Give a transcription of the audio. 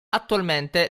attualmente